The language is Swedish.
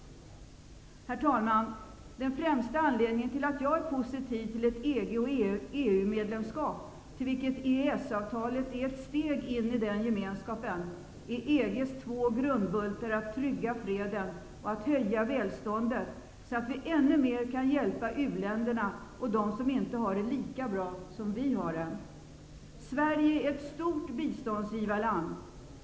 Herr talman! Den främsta anledningen till att jag är positiv till ett EG och EU-medlemskap, mot vilket EES-avtalet är ett steg på vägen, är EG:s två grundbultar att trygga freden och att höja välståndet, så att vi i ännu högre grad kan hjälpa uländerna och dem som inte har det lika bra som vi har det. Sverige är ett stort biståndsgivarland.